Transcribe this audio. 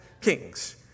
kings